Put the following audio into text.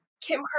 kim